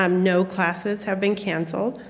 um no classes have been canceled.